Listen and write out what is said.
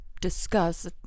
discuss